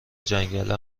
جنگل